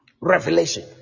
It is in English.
Revelation